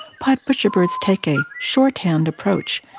pied butcherbirds take a shorthand approach,